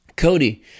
Cody